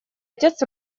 отец